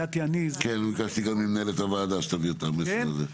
כן, ביקשתי גם ממנהלת הוועדה שתעביר את המסר הזה.